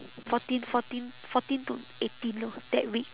fourteen fourteen fourteen to eighteen lor that week